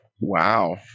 Wow